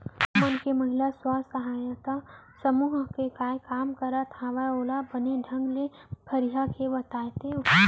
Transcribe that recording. तुमन के महिला स्व सहायता समूह म काय काम करत हा ओला बने ढंग ले फरिया के बतातेव?